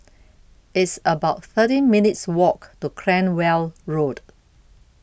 It's about thirteen minutes' Walk to Cranwell Road